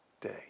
day